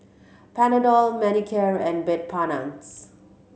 Panadol Manicare and